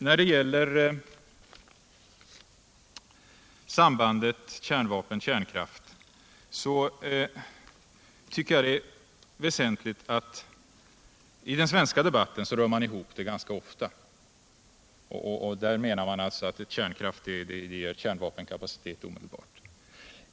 När det gäller sambandet kärnvapen-kärnkraft tycker jag det är väsentligt att konstatera att man i den svenska debatten ganska ofta rör ihop begreppen. Där menar man ibland att kärnkraft kan ge kärnvapenkapacitet omedelbart.